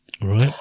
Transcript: right